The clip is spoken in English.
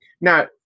now